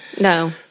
No